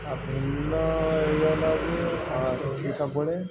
ହଁ ଭିନ୍ନ ଇଏ ହେଲା ଯେ ଓ ସିଏ ସବୁବେଳେ